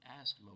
ask